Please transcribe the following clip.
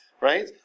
right